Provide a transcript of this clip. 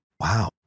Wow